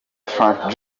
frankie